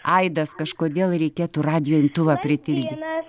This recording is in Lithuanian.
aidas kažkodėl reikėtų radijo imtuvą pritildyti